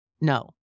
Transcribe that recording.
No